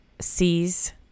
sees